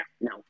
No